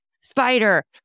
spider